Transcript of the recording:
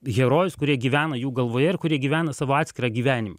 herojus kurie gyvena jų galvoje ir kurie gyvena savo atskirą gyvenimą